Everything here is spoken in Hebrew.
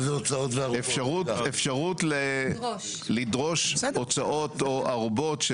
אפשרות לדרוש הוצאות או ערובות,